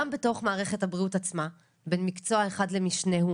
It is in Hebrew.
גם בתוך מערכת הבריאות עצמה בין מקצוע אחד למשנה.